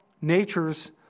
nature's